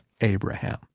Abraham